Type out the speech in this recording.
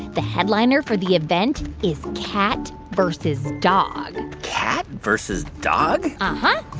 the headliner for the event is cat versus dog cat versus dog? uh-huh.